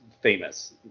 famous